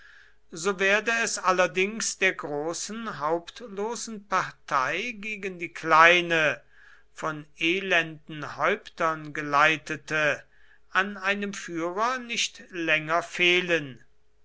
so werde es allerdings der großen hauptlosen partei gegen die kleine von elenden häuptern geleitete an einem führer nicht länger fehlen